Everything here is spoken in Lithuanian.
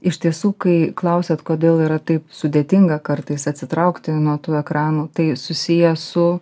iš tiesų kai klausiat kodėl yra taip sudėtinga kartais atsitraukti nuo tų ekranų tai susiję su